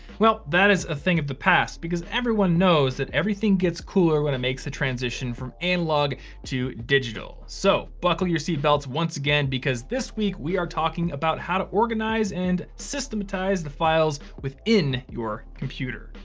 well, that is a thing of the past because everyone knows that everything gets cooler when it makes the transition from analog to digital. so buckle your seatbelts once again, because this week, we are talking about how to organize and systematized the files within your computer.